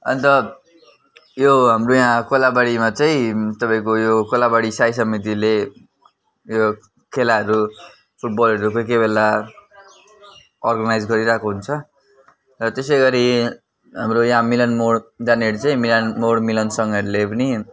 अन्त यो हाम्रो यहाँ कोलाबारीमा चाहिँ तपाईँको यो कोलाबारी साई समितिले यो खेलाहरू फुटबलहरू कोही कोही बेला अर्गनाइज गरिरहेको हुन्छ र त्यसै गरी हाम्रो यहाँ मिलनमोड जानेहरू चाहिँ मिलनमोड मिलनसङ्घहरूले पनि